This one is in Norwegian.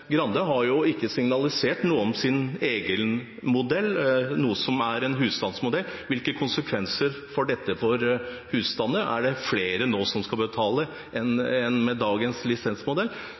Grande har ikke signalisert noe om sin egen modell, som er en husstandsmodell. Hvilke konsekvenser får dette for husstandene? Er det nå flere som skal betale enn med dagens lisensmodell?